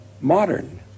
modern